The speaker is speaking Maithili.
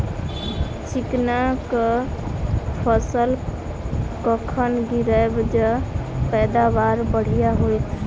चिकना कऽ फसल कखन गिरैब जँ पैदावार बढ़िया होइत?